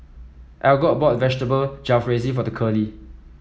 Algot bought Vegetable Jalfrezi for Curley